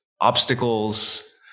obstacles